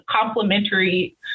complementary